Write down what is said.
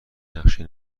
نقشه